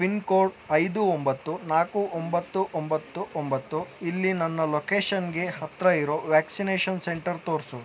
pin code ಐದು ಒಂಬತ್ತು ನಾಲ್ಕು ಒಂಬತ್ತು ಒಂಬತ್ತು ಒಂಬತ್ತು ಇಲ್ಲಿ ನನ್ನ ಲೊಕೇಷನ್ಗೆ ಹತ್ತಿರ ಇರೋ ವ್ಯಾಕ್ಸಿನೇಷನ್ ಸೆಂಟರ್ ತೋರಿಸು